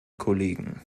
kollegen